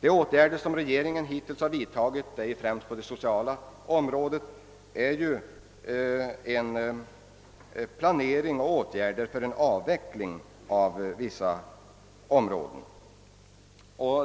De åtgärder regeringen hittills vidtagit, främst på det sociala området, har gått ut på att förstärka den sociala standarden i vissa områden.